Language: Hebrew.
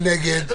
מי נגד?